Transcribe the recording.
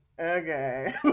okay